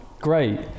great